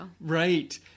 Right